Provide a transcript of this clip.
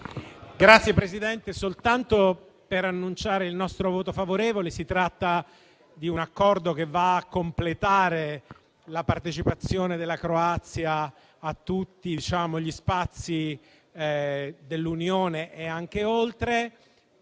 intervengo soltanto per annunciare il nostro voto favorevole. Si tratta di un Accordo che va a completare la partecipazione della Croazia a tutti gli spazi dell'Unione e anche oltre.